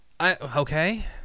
Okay